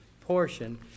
portion